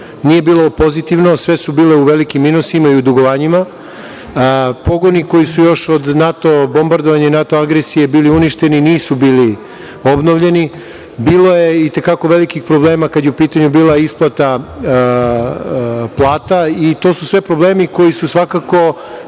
nije bilo pozitivno, sve su bile u velikim minusima i u dugovanjima. Pogoni koji su još od NATO bombardovanja i NATO agresije bili uništeni nisu bili obnovljeni. Bilo je i te kako velikih problema, kada je u pitanju bila isplata plata. To su sve problemi koji su svakako